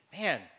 man